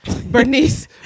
Bernice